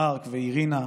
מרק ואירינה,